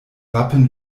wappen